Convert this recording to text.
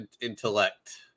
intellect